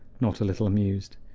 not a little amused.